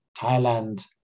Thailand